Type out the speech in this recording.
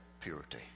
purity